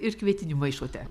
ir kvietinių maišote